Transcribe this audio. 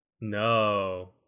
No